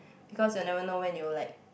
because you will never know when you will like